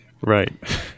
Right